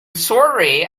sorry